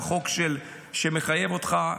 החוק שמחייב אותך,